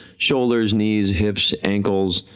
shoulders, knees, hips, ankles,